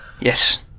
Yes